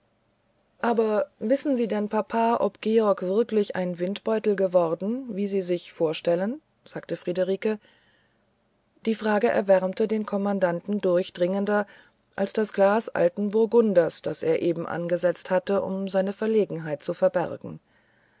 aber wissen sie denn papa ob georg wirklich solch ein windbeutel geworden wie sie ihn sich vorstellen sagte friederike die frage erwärmte den kommandanten durchdringender als das glas alten burgunders das er eben angesetzt hatte um seine verlegenheit zu verbergen